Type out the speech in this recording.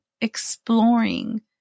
exploring